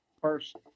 first